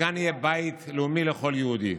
שכאן יהיה בית לאומי לכל יהודי.